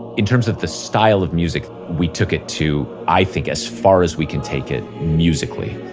in terms of the style of music, we took it to, i think, as far as we can take it musically.